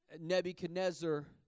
Nebuchadnezzar